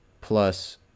plus